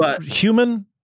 human